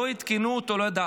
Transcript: לא עדכנו אותו, הוא לא ידע.